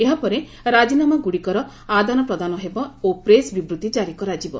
ଏହାପରେ ରାଜିନାମାଗୁଡ଼ିକର ଆଦାନା ପ୍ରଦାନ ହେବ ଓ ପ୍ରେସ୍ ବିବୃତ୍ତି ଜାରି କରାଯିବ